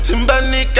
Timbani